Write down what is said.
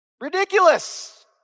Ridiculous